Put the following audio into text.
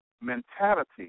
mentality